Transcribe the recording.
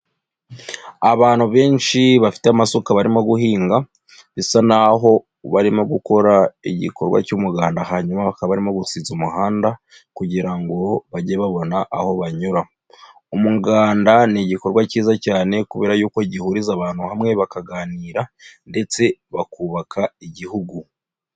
Abantu benshi bafite amasuka barimo guhinga, bisa n'aho barimo gukora igikorwa cy'umuganda, hanyuma bakaba barimo gusiza umuhanda, kugirango ngo bajye babona aho banyura. Umuganda ni igikorwa cyiza cyane, kubera yuko gihuriza abantu hamwe bakaganira, ndetse bakubaka igihugu.